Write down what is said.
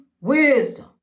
wisdom